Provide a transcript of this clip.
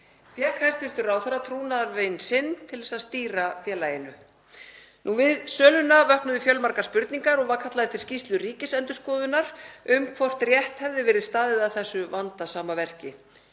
Fékk hæstv. ráðherra trúnaðarvin sinn til þess að stýra félaginu. Við söluna vöknuðu fjölmargar spurningar og var kallað eftir skýrslu Ríkisendurskoðunar um hvort rétt hefði verið staðið að þessu vandasama verki.